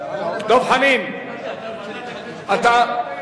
הכנסת נתקבלה.